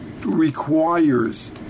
requires